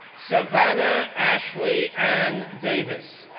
savannah ashley anne davis,